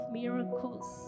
miracles